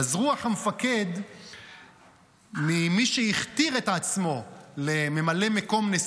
אז רוח המפקד ממי שהכתיר את עצמו לממלא מקום נשיא